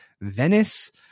Venice